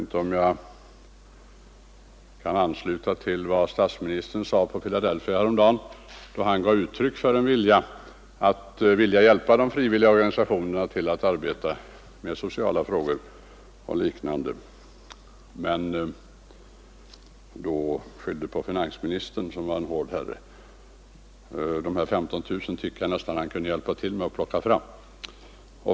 Jag vill anknyta till vad statsministern sade i Filadelfia häromdagen, då han gav uttryck för en vilja att hjälpa de frivilliga organisationerna till att arbeta med sociala frågor och liknande men skyllde på finansministern, som var en hård herre och inte lika lätt att få pengar från som enskilda frivilliga givare. De här 15 000 kronorna tycker jag ändå att han kunde hjälpa till med att plocka fram.